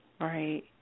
Right